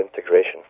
integration